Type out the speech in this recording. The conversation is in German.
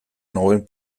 neuen